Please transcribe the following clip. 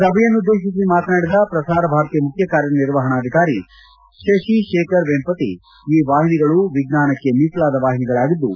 ಸಭೆಯನ್ನುದ್ವೇತಿಸಿ ಮಾತನಾಡಿದ ಪ್ರಸಾರ ಭಾರತಿ ಮುಖ್ಯ ಕಾರ್ಯನಿರ್ವಹಣಾಧಿಕಾರಿ ಶಶಿ ಶೇಖರ್ ವೆಂಪತಿ ಈ ವಾಹಿನಿಗಳು ವಿಜ್ಞಾನಕ್ಕೆ ಮೀಸಲಾದ ವಾಹಿನಿಗಳಾಗಿದ್ದು